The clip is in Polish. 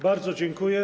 Bardzo dziękuję.